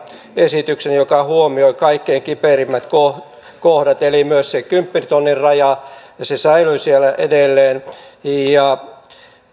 esityksen joka huomioi kaikkein kiperimmät kohdat kohdat eli myös se kymppitonnin raja säilyy siellä edelleen